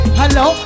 hello